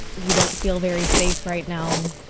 you don't feel very safe right now.